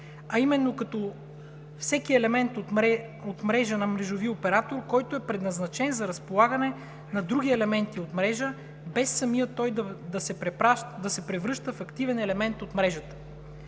а именно като „всеки елемент от мрежа на мрежови оператор, който е предназначен за разполагане на други елементи от мрежа, без самият той да се превръща в активен елемент от мрежата“.